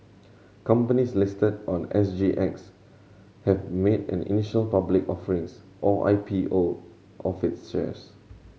companies listed on S G X have made an initial public offerings or I P O of its shares